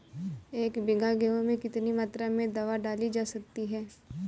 एक बीघा गेहूँ में कितनी मात्रा में दवा डाली जा सकती है?